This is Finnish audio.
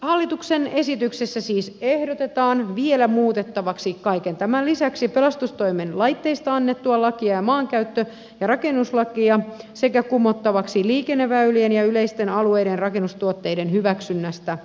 hallituksen esityksessä siis ehdotetaan vielä muutettavaksi kaiken tämän lisäksi pelastustoimen laitteista annettua lakia ja maankäyttö ja rakennuslakia sekä kumottavaksi liikenneväylien ja yleisten alueiden rakennustuotteiden hyväksynnästä annettu laki